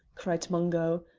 cried mungo.